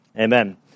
Amen